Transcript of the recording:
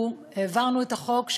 אנחנו העברנו את החוק,